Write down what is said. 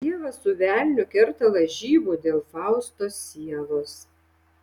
dievas su velniu kerta lažybų dėl fausto sielos